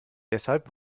deshalb